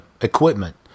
equipment